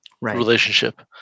relationship